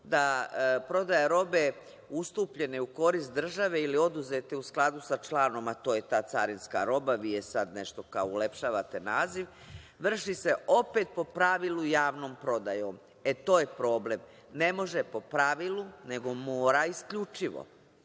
da prodaja robe ustupljene u korist države ili oduzete u skladu sa članom, a to je ta carinska roba, vi sada nešto kao ulepšavate naziv, vrši se opet po pravilu javnom prodajom. E, to je problem. Ne može po pravilu, nego mora isključivo.